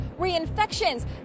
reinfections